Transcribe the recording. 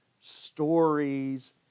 stories